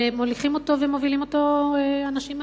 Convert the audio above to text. שמוליכים ומובילים אותה אנשים מהקואליציה,